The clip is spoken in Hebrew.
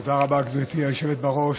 תודה רבה, גברתי היושבת-ראש.